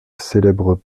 célèbre